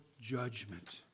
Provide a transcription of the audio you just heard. judgment